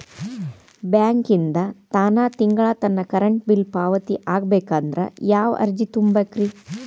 ಬ್ಯಾಂಕಿಂದ ತಾನ ತಿಂಗಳಾ ನನ್ನ ಕರೆಂಟ್ ಬಿಲ್ ಪಾವತಿ ಆಗ್ಬೇಕಂದ್ರ ಯಾವ ಅರ್ಜಿ ತುಂಬೇಕ್ರಿ?